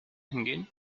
hingehen